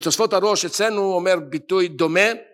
תוספות הראש אצלנו אומר ביטוי דומה.